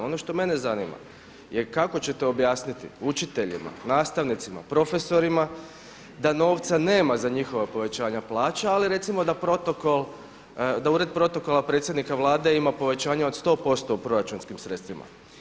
Ono što mene zanima je kako ćete objasniti učiteljima, nastavnicima, profesorima da novca nema za njihova povećanja plaća, ali recimo da protokol, da Ured protokola predsjednika Vlade ima povećanje od 100% u proračunskim sredstvima.